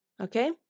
Okay